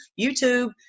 YouTube